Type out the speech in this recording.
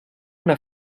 una